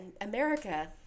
America